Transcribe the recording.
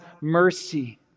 mercy